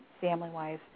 family-wise